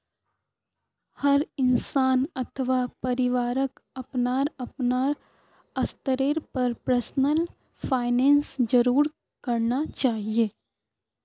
हर इंसान अथवा परिवारक अपनार अपनार स्तरेर पर पर्सनल फाइनैन्स जरूर करना चाहिए